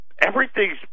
Everything's